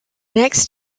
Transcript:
next